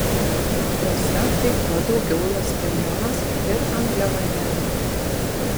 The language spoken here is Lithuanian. jose taip pat daugiau ląstelienos ir angliavandenių